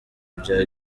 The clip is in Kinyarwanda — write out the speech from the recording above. bya